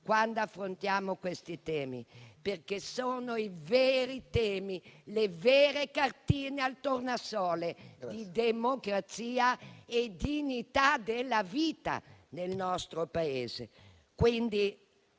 quando affrontiamo questi temi, perché sono i veri temi e le vere cartine di tornasole della democrazia e dignità della vita del nostro Paese.